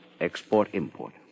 Export-Import